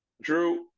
Drew